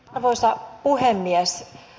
arvoisa puhemies